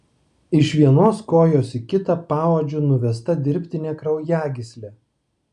iš vienos kojos į kitą paodžiu nuvesta dirbtinė kraujagyslė